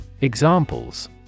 Examples